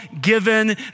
given